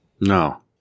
No